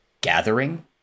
gathering